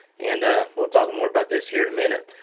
and we'll talk more about this here in a minute.